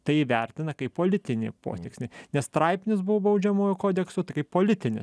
tai įvertina kaip politinį potekstė nes straipsnis buvo baudžiamojo kodekso tai kaip politinis